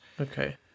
Okay